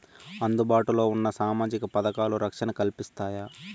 అందుబాటు లో ఉన్న సామాజిక పథకాలు, రక్షణ కల్పిస్తాయా?